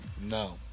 No